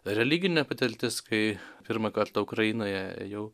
religinė patirtis kai pirmą kartą ukrainoje ėjau